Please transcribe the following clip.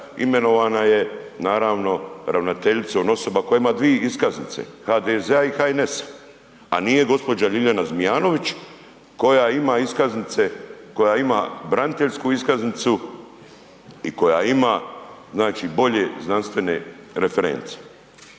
imenovana je naravno ravnateljicom osoba koja ima dvije iskaznice, HDZ-a i HNS-a a nije gđa. Ljiljana Zmijanović koja ima iskaznice, koja ima braniteljsku iskaznicu i koja ima, znači bolje znanstvene reference.